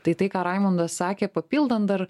tai tai ką raimundas sakė papildant dar